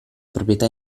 proprietà